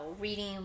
reading